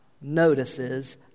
notices